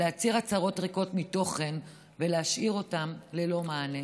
להצהיר הצהרות ריקות מתוכן ולהשאיר אותם ללא מענה.